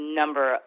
number